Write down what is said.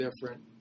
different